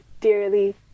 dearly